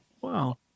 Wow